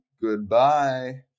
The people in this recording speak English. Goodbye